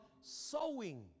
sowing